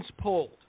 pulled